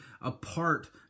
apart